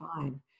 fine